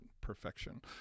perfection